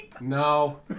no